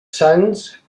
sants